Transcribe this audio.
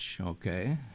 okay